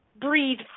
breathe